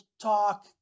talk